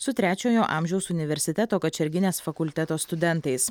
su trečiojo amžiaus universiteto kačerginės fakulteto studentais